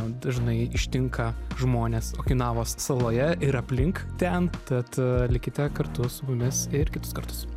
dažnai ištinka žmones okinavos saloje ir aplink ten tad likite kartu su mumis ir kitus kartus